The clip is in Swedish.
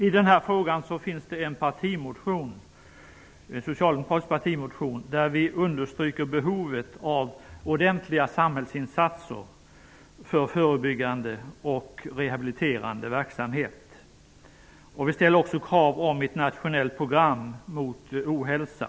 I denna fråga har en socialdemokratisk partimotion väckts, där behovet av ordentliga samhällsinsatser för förebyggande och rehabiliterande verksamhet understryks. Vi ställer också krav om ett nationellt program mot ohälsa.